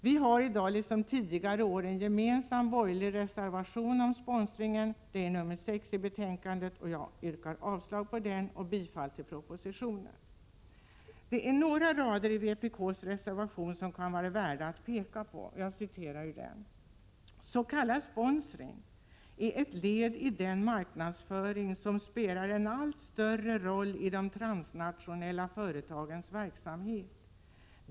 Det finns i dag liksom tidigare år en gemensam borgerlig reservation, nr 6, om sponsringen. Jag yrkar avslag på den och bifall till hemställan i utskottsbetänkandet med anledning av propositionen. Det är några rader i vpk:s reservation som kan vara värda att peka på: ”S.k. sponsring är ett led i den marknadsföring som spelar en allt större roll i de transnationella företagens verksamhet.